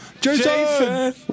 Jason